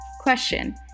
Question